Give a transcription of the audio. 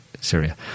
Syria